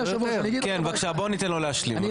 כן בבקשה בואו ניתן לו להשלים, כן.